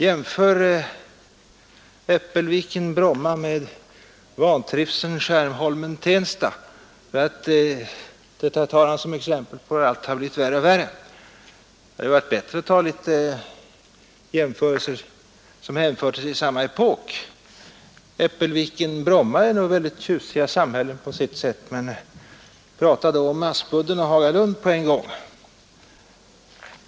Jämför Äppelviken och Bromma med vantrivseln i Skärholmen och Tensta! Detta tar han som exempel på hur allting blivit värre och värre. Men det hade varit bättre att göra jämförelser som hänför sig till samma epok. Äppelviken och Bromma är mycket tjusiga samhällen på sitt sätt, men prata då också om Aspudden och Hagalund på samma gång!